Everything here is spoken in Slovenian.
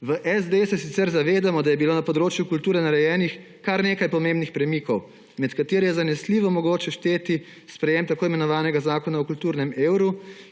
V SD se sicer zavedamo, da je bilo na področju kulture narejenih kar nekaj pomembnih premikov, med katere je zanesljivo mogoče šteti sprejetje tako imenovanega zakona o kulturnem evru,